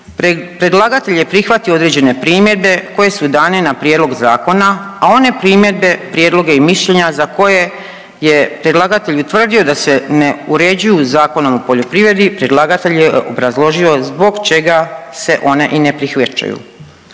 predlagatelj je prihvatio određene primjedbe koje su dane na prijedlog zakona, a one primjedbe, prijedloge i mišljenja za koje je predlagatelj utvrdio da se ne uređuju Zakonom o poljoprivredi predlagatelj je obrazložio zbog čega se one i ne prihvaćaju.